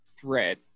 threat